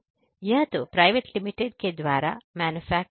तो यह private limited के द्वारा मैन्युफैक्चर